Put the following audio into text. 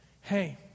Hey